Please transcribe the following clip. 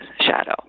shadow